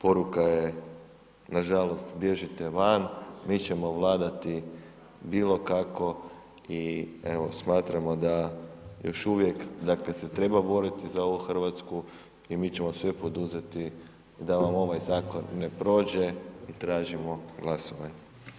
Poruka je nažalost bježite van, mi ćemo vladati bilo kako i evo smatramo da još uvijek dakle se treba boriti za ovu Hrvatsku i mi ćemo sve poduzeti da vam ovaj zakon ne prođe i tražimo glasovanje.